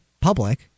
public